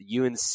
UNC